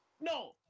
No